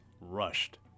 rushed